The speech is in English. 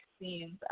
scenes